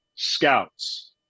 scouts